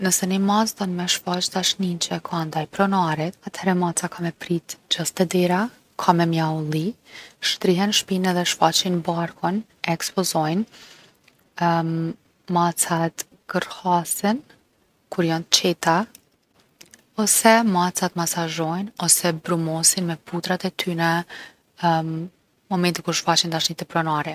Nëse ni mac don me e shfaq dashnin’ që e ka ndaj pronarit atëhere maca ka me prit gjithë ted era, ka me mjaulli, shtrihen n’shpinë edhe e shfaqin barkun, e ekspozojn’. macat kërrhasin kur jon t’qeta. Ose macat masazhojnë ose brumosin me putrat e tyne momentin kur shfaqin dashni te pronari.